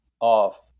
off